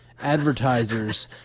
advertisers